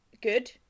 good